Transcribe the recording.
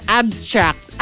abstract